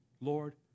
Lord